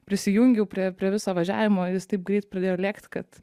prisijungiau prie prie viso važiavimo jis taip greit pradėjo lėkt kad